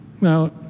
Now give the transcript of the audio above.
Now